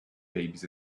babies